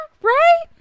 right